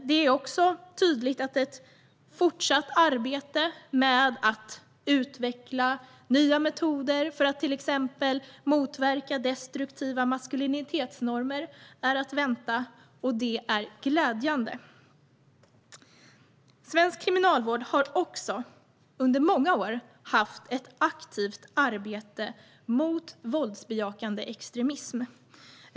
Det är tydligt att ett fortsatt arbete med att utveckla nya metoder för att till exempel motverka destruktiva maskulinitetsnormer är att vänta, och det är glädjande. Svensk kriminalvård har också under många år haft ett aktivt arbete mot våldsbejakande extremism.